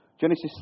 Genesis